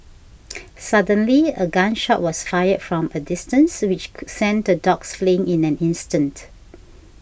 suddenly a gun shot was fired from a distance which sent the dogs fleeing in an instant